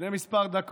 לפני כמה דקות